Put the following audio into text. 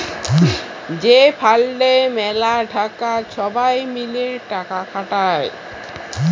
যে ফাল্ডে ম্যালা টাকা ছবাই মিলে টাকা খাটায়